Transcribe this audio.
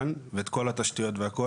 אני מכיר את כל התשתיות ואת הכול.